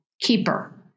Keeper